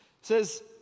says